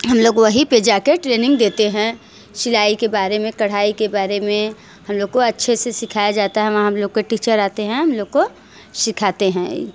हम लोग वहीं पर जाकर ट्रेनिंग देते हैं सिलाई के बारे में कढ़ाई के बारे में हम लोग को अच्छे से सिखाया जाता है वहाँ हम लोग को टीचर आते हैं हम लोग को सिखाते हैं